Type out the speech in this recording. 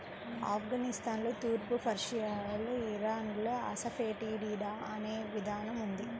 ఆఫ్ఘనిస్తాన్లో, తూర్పు పర్షియాలో, ఇరాన్లో అసఫెటిడా అనే విధానం ఉంది